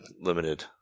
limited